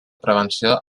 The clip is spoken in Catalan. prevenció